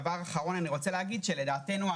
לדעתנו,